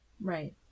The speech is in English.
right